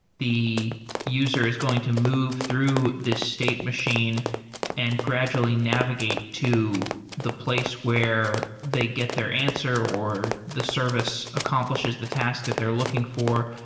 the user is going to move through this state machine and gradually navigate to the place where they get their answer or the service accomplishes the task that they're looking for.